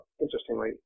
interestingly